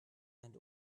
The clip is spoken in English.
and